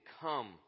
come